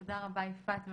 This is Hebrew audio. תודה רבה יפעת.